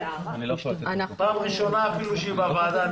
פעם ראשונה שהיא בוועדה.